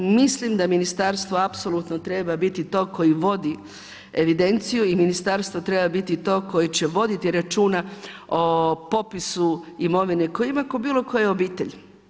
Mislim da ministarstvo apsolutno treba biti to koje vodi evidenciju i ministarstvo treba biti to koje će voditi računa o popisu imovine koju ima kao bilo koja obitelj.